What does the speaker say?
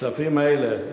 הכספים האלה,